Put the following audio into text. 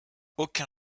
aucun